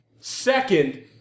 Second